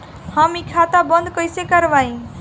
हम इ खाता बंद कइसे करवाई?